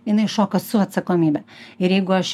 jinai šoka su atsakomybe ir jeigu aš